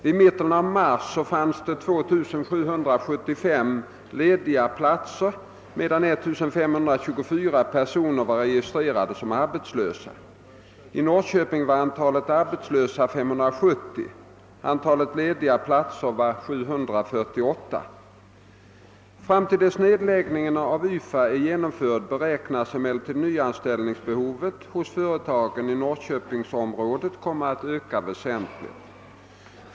Vid mitten av mars fanns 2 775 lediganmälda platser, medan 1524 personer var registrerade som arbetslösa. I Norrköping var antalet arbetslösa 570. Antalet lediga platser var 748. Fram till dess nedläggningen av YFA är genomförd beräknas emellertid nyanställningsbehovet hos företagen i Norrköpingsområdet komma att öka väsentligt.